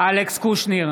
אלכס קושניר,